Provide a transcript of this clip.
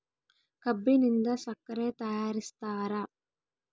ಕಬ್ಬಿನಿಂದ ಸಕ್ಕರೆ ತಯಾರಿಸ್ತಾರ